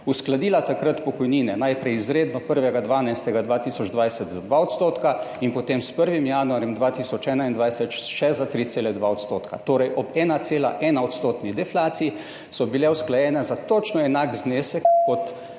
uskladila pokojnine, najprej izredno 1. 12. 2020 za 2 % in potem s 1. januarjem 2021 še za 3,2 %. Torej, ob 1,1-odstotni deflaciji so bile usklajene za točno enak znesek kot